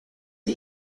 the